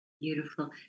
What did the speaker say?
Beautiful